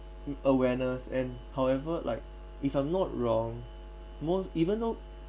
awareness and however like if I'm not wrong most even though